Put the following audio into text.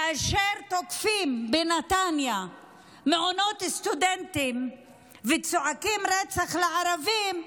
כאשר תוקפים בנתניה מעונות סטודנטים וצועקים "רצח לערבים",